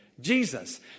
Jesus